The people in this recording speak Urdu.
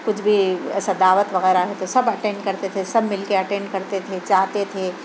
کچھ بھی ایسا دعوت وغیرہ ہے تو سب اٹینڈ کرتے تھے سب مِل کے اٹینڈ کرتے تھے جاتے تھے